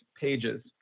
pages